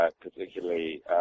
particularly